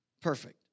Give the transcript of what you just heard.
perfect